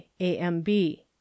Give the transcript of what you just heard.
AMB